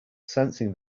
sensing